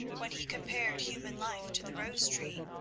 when he compared human life to the rose tree.